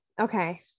Okay